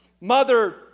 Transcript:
mother